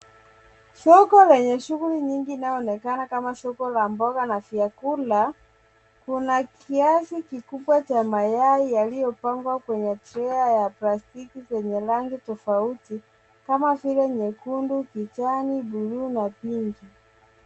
Soko lenye shughuli nyingi inayoonekana kama soko la mboga na vyakula. Kuna kiasi kikubwa cha mayai yaliyopangwa kwenye tray za plastiki zenye rangi tofauti kama vile nyekundu, kijani, bluu na pink .